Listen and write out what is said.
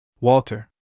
Walter